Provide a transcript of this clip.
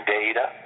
data